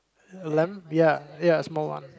a lamp ya ya small one